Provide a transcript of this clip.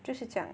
就是这样 eh